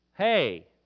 hey